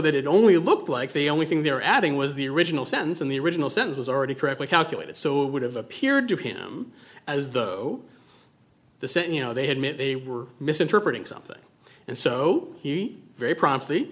that it only looked like the only thing they're adding was the original sentence in the original sentence was already correctly calculated so it would have appeared to him as though the set you know they had met they were misinterpreting something and so he very prompt